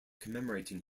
commemorating